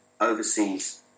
overseas